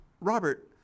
Robert